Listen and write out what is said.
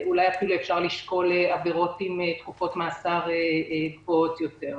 אולי אפילו אפשר לשקול עבירות עם תקופות מאסר גבוהות יותר.